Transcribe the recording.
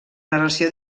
narració